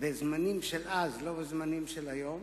בזמנים ההם, לא בזמנים של היום,